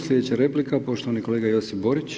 Sljedeća replika poštovani kolega Josip Borić.